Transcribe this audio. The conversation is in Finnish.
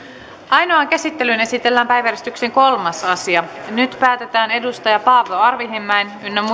ainoaan käsittelyyn esitellään päiväjärjestyksen kolmas asia nyt päätetään paavo arhinmäen ynnä muuta